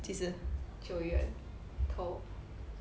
几时